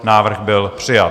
Návrh byl přijat.